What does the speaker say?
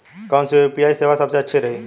कौन सी यू.पी.आई सेवा सबसे अच्छी है?